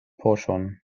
poŝon